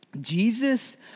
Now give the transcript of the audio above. Jesus